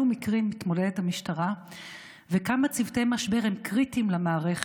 מקרים מתמודדת המשטרה וכמה צוותי משבר הם קריטיים למערכת.